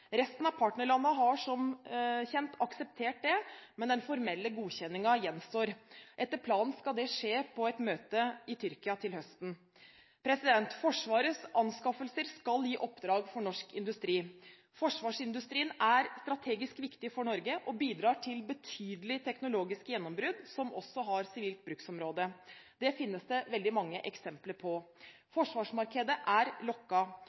Resten av partnerlandene har som kjent akseptert det, men den formelle godkjenningen gjenstår. Etter planen skal det skje på et møte i Tyrkia til høsten. Forsvarets anskaffelser skal gi oppdrag for norsk industri. Forsvarsindustrien er strategisk viktig for Norge og bidrar til betydelige teknologiske gjennombrudd som også har sivilt bruksområde. Det finnes det mange eksempler på. Forsvarsmarkedet er